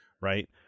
Right